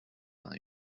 vingt